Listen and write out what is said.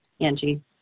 Angie